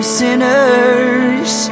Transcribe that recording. sinners